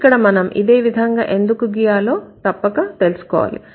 ఇక్కడ మనం ఇదే విధంగా ఎందుకు గీయాలో తప్పక తెలుసుకోవాలి